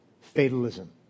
fatalism